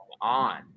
on